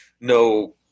no